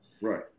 Right